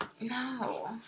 No